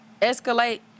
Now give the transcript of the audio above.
escalate